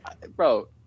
bro